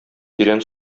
тирән